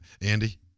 Andy